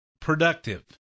productive